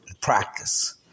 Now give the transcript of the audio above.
practice